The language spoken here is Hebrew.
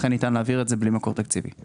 לכן ניתן להעביר את זה בלי מקור תקציבי.